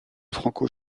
franco